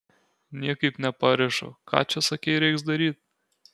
niekaip neparišu ką čia sakei reiks daryt